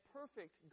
perfect